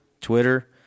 Twitter